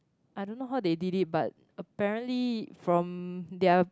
I don't know how they did it but apparently from their